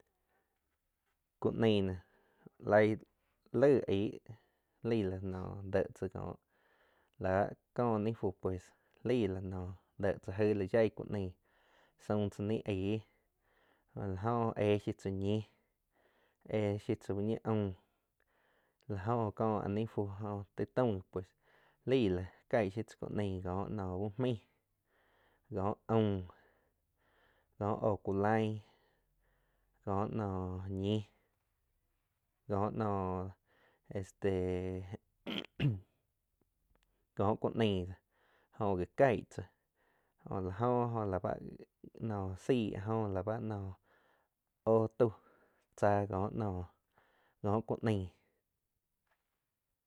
Ku neii noh laig laih aig laíh láh noh dhé tsá láh kó ní fu pues laig la no dhé tzá aigh la yaig ku neii saum tzá ni aig jo la óh éh shiu tsá ñi, éh shiu tzá uh ñii aum la jó có a ni fu, taig taum gi pues lai la kaig shiu tzá ku neii có uh maig, ko aum ko óh ku laig kó noh ñi, ko noh este kó ku neii dó jí gi caig tzá jo la jó oh la báh noh saig áh jóh la báh óh tau tzáh kóo ku neii.